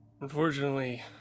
Unfortunately